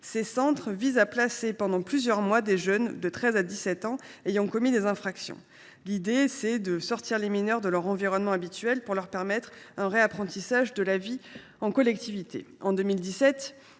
Ces centres visent à accueillir pendant plusieurs mois des jeunes de 13 à 17 ans ayant commis des infractions. L’idée est de sortir ces mineurs de leur environnement habituel, pour leur réapprendre la vie en collectivité.